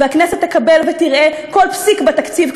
והכנסת תקבל ותראה כל פסיק בתקציב,